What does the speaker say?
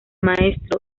maestro